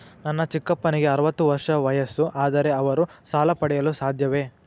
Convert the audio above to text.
ನನ್ನ ಚಿಕ್ಕಪ್ಪನಿಗೆ ಅರವತ್ತು ವರ್ಷ ವಯಸ್ಸು, ಆದರೆ ಅವರು ಸಾಲ ಪಡೆಯಲು ಸಾಧ್ಯವೇ?